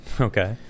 Okay